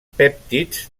pèptids